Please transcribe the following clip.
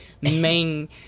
main